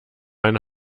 eine